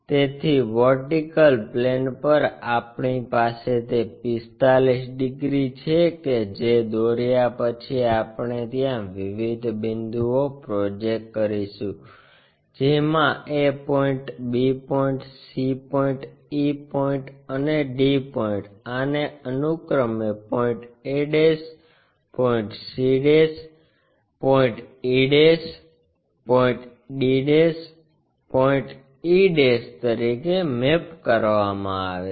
તેથી vertical plane પર આપણી પાસે તે 45 ડિગ્રી છે કે જે દોર્યા પછી આપણે ત્યાં વિવિધ બિંદુઓ પ્રોજેક્ટ કરીશુ જેમાં a point b point c point e point અને d પોઇન્ટ આને અનુક્રમે point a point c e point d point e point તરીકે મેપ કરવામાં આવે છે